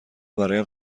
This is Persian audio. برایم